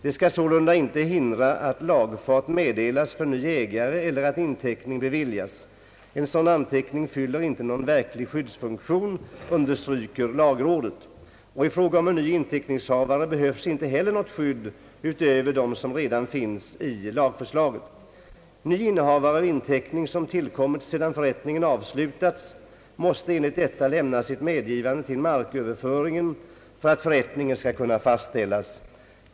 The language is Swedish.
Det skall således inte hindra att lagfart meddelas för ny ägare eller att inteckning beviljas. En sådan anteckning fyller inte någon verklig skyddsfunktion, understryker lagrådet. I fråga om en ny inteckningshavare behövs inte heller något skydd utöver det som redan finns i lagförslaget. Ny innehavare av inteckning som tillkommit sedan förrättningen avslutats måste enligt detta lämna sitt medgivande till marköverföringen för att förrättningen skall kunna fastställas.